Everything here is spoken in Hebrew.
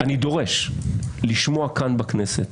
אני דורש לשמוע כאן בכנסת